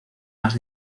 más